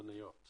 אבל